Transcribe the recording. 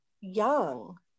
young